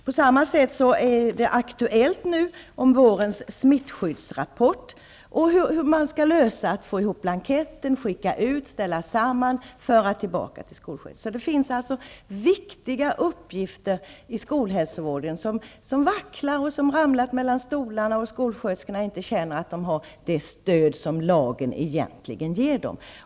På samma sätt är det aktuellt nu i samband med vårens smittorapport att få ihop blanketter, skicka ut dem, ställa samman och skicka tillbaka dem till skolsköterskan. Det finns alltså viktiga uppgifter inom skolhälsovården som vacklar, som så att säga ramlat mellan stolarna och där skolsköterskorna inte känner att de har det stöd som lagen egentligen ger dem.